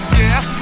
yes